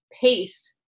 pace